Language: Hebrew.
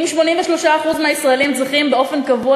אם 83% מהישראלים צריכים באופן קבוע